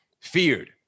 feared